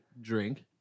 Drink